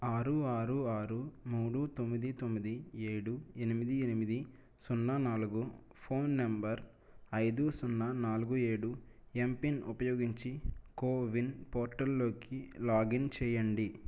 ఆరు ఆరు ఆరు మూడు తొమ్మిది తొమ్మిది ఏడు ఎనిమిది ఎనిమిది సున్నా నాలుగు ఫోన్ నంబర్ ఐదు సున్నా నాలుగు ఏడు ఎంపిన్ ఉపయోగించి కోవిన్ పోర్టల్లోకి లాగిన్ చేయండి